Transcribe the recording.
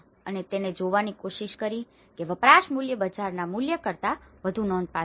અને તેણે જોવાની કોશિશ કરી કે વપરાશ મૂલ્ય બજારના મૂલ્ય કરતાં વધુ નોંધપાત્ર છે